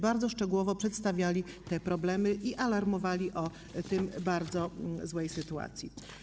Bardzo szczegółowo przedstawiały te problemy i alarmowały o bardzo złej sytuacji.